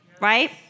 right